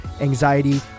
anxiety